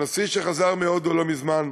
הנשיא, שחזר מהודו לא מזמן,